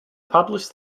published